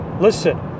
listen